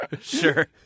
Sure